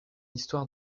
histoire